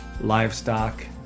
Livestock